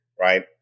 right